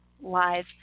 live